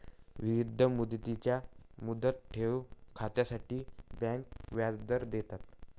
विविध मुदतींच्या मुदत ठेव खात्यांसाठी बँका व्याजदर देतात